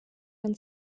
dann